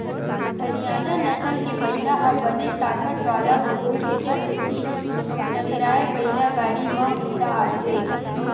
हरियाना नसल के बइला ह बने ताकत वाला होथे तेखर सेती नांगरए बइला गाड़ी म बूता आथे